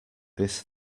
this